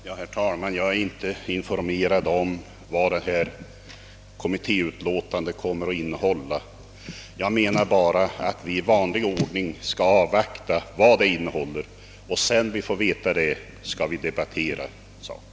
Herr talman! Jag är inte informerad om vad kommitténs utlåtande kommer att innehålla utan menar bara att vi i vanlig ordning skall avvakta betänkandet. Sedan vi sett vad det innehåller kan vi debattera frågan vidare.